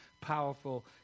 powerful